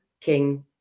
King